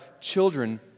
children